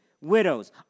widows